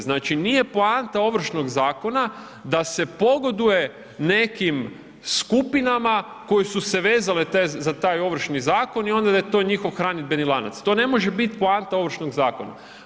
Znači nije poanta Ovršnog zakona da se pogoduje nekim skupinama koje su se vezale za taj Ovršni zakon i onda da je to njihov hranidbeni lanac, to ne može biti poanta Ovršnog zakona.